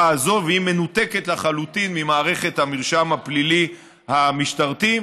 זו והיא מנותקת לחלוטין ממערכת המרשם הפלילי המשטרתי,